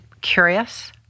curious